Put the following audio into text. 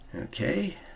Okay